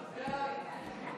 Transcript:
את הצעת חוק התפזרות הכנסת